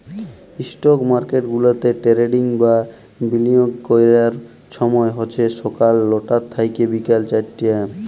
stock market গুলাতে trading বা বিলিয়গের ক্যরার ছময় হছে ছকাল লটা থ্যাইকে বিকাল চারটা